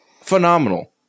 Phenomenal